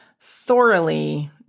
thoroughly